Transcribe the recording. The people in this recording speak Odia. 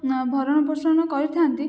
ନା ଭରଣ ପୋଷଣ କରିଥାନ୍ତି